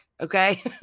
okay